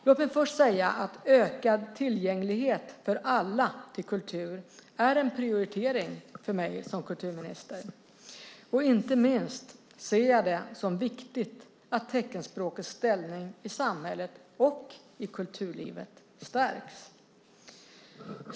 Låt mig först säga att en ökad tillgänglighet för alla till kultur är en prioritering för mig som kulturminister. Inte minst ser jag det som viktigt att teckenspråkets ställning i samhället och i kulturlivet stärks.